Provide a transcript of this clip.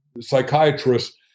psychiatrists